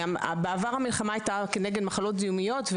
בעבר המלחמה הייתה כנגד מחלות זיהומיות,